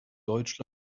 deutschland